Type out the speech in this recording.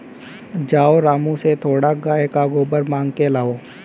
जाओ रामू से थोड़ा गाय का गोबर मांग के लाओ